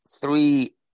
three